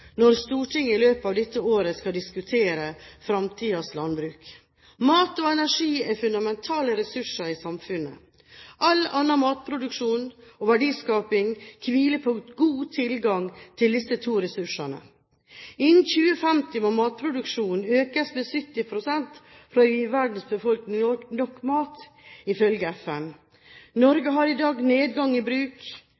når Stortinget i løpet av dette året skal diskutere fremtidens landbruk. Mat og energi er fundamentale ressurser i samfunnet. All annen matproduksjon og verdiskaping hviler på god tilgang til disse to ressursene. Innen 2050 må matproduksjonen økes med 70 pst. for å gi verdens befolkning nok mat, ifølge FN.